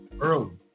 early